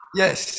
yes